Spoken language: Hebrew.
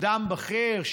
אדם בכיר,